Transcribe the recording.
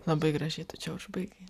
labai gražiai tu čia užbaigei